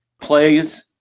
plays